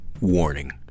Warning